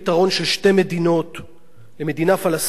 למדינה פלסטינית ולמדינה יהודית ודמוקרטית,